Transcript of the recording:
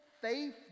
faith